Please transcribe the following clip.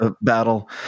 battle